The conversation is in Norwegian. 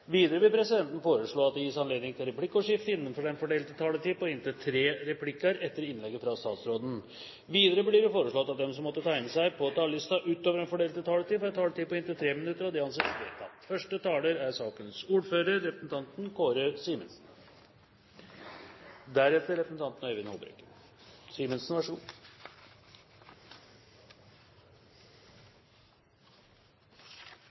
Videre vil presidenten foreslå at det gis anledning til replikkordskifte på inntil tre replikker med svar etter innlegget fra statsråden innenfor den fordelte taletid. Videre blir det foreslått at de som måtte tegne seg på talerlisten utover den fordelte taletid, får en taletid på inntil 3 minutter. – Det anses vedtatt.